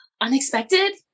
unexpected